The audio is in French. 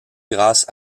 grâce